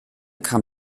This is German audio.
kam